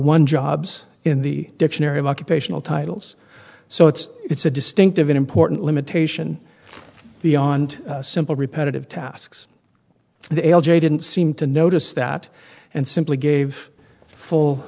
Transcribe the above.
one jobs in the dictionary of occupational titles so it's it's a distinctive important limitation beyond simple repetitive tasks they didn't seem to notice that and simply gave